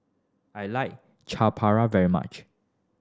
I like Chaat Papri very much